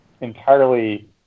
entirely